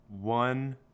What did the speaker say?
One